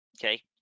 Okay